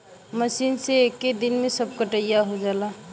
machine से एक्के दिन में सब कटिया हो जाला